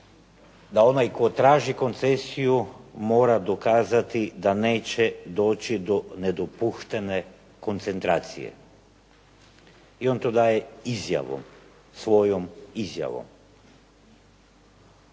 da onaj tko traži koncesiju mora dokazati da neće doći do nedopuštene koncentracije. I on to daje izjavom, svojom izjavom.